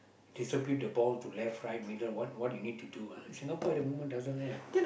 distribute the ball to left right middle what what you need to do ah Singapore at the moment doesn't have